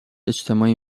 اجتماعی